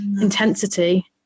intensity